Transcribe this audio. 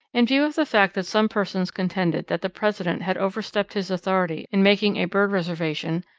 in view of the fact that some persons contended that the president had over-stepped his authority in making a bird reservation,